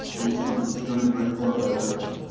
based on his very great autobiography.